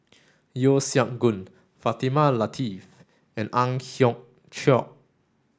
Yeo Siak Goon Fatimah Lateef and Ang Hiong Chiok